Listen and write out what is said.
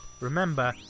Remember